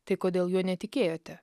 tai kodėl juo netikėjote